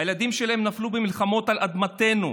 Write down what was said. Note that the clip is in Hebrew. הילדים שלהם נפלו במלחמות על אדמתנו.